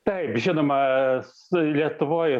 taip žinoma su lietuvoj